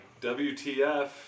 WTF